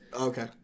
Okay